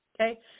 Okay